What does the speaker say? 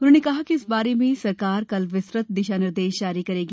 उन्होंने कहा कि इस बारे में सरकार केल विस्तुत दिशा निर्देश जारी करेगी